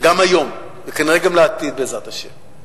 וגם היום, וכנראה גם בעתיד, בעזרת השם.